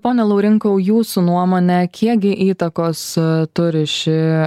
pone laurinkau jūsų nuomone kiekgi įtakos turi ši